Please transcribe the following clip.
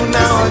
now